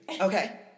Okay